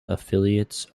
affiliates